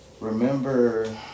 remember